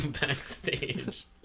backstage